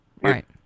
Right